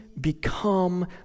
become